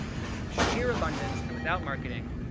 with sheer abundance and without marketing,